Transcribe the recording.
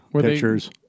Pictures